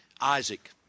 Isaac